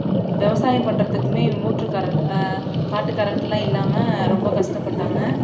விவசாயம் பண்ணுறதுக்குமே motor current காற்று கரண்ட்லாம் இல்லாமல் ரொம்ப கஷ்டப்பட்டாங்க